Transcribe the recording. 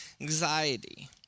anxiety